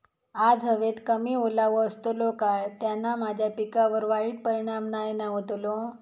आज हवेत कमी ओलावो असतलो काय त्याना माझ्या पिकावर वाईट परिणाम नाय ना व्हतलो?